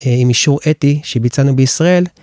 עם אישור אתי שביצענו בישראל.